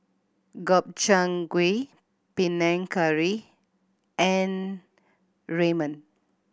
Gobchang Gui Panang Curry and Ramen